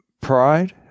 pride